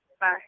Bye